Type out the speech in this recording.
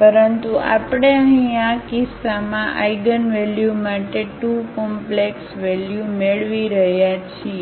પરંતુ આપણે અહીં આ કિસ્સામાં આઇગનવેલ્યુ માટે 2 કોમ્પ્લેક્સ વેલ્યુ મેળવી રહ્યા છીએ